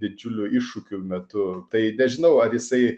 didžiulių iššūkių metu tai nežinau ar jisai